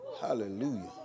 Hallelujah